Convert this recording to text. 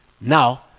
now